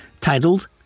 titled